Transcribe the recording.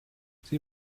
sie